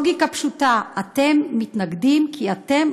לוגיקה פשוטה: אתם מתנגדים כי אתם